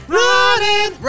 running